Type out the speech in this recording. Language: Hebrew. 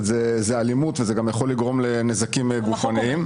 זה אלימות וזה גם יכול לגרום לנזקים גופניים.